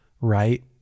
right